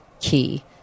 key